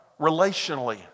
Relationally